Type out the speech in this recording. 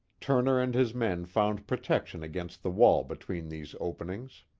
turner and his men found protection against the wall between these openings.